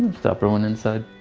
stopper went inside.